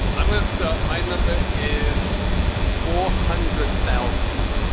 i'm lost ah my number is four hundred thousand,